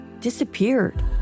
disappeared